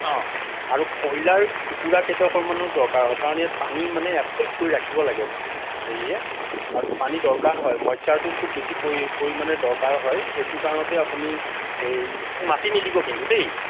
অ আৰু কয়লাৰ টুকুৰা কেইডোখৰমানো দৰকাৰ হয় কাৰণ ইয়াত পানী মানে এবজৰ্ব কৰি ৰাখিব লাগে হেৰিয়ে আৰু পানী দৰকাৰ হয় মইশ্বাৰটো খুব বেছি পৰি পৰিমাণে দৰকাৰ হয় সেইটো কাৰণতে আপুনি এই মাটি নিদিব কিন্তু দেই